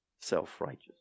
self-righteous